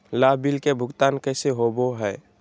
लाभ बिल के भुगतान कैसे होबो हैं?